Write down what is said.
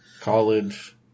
College